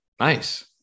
Nice